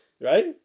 Right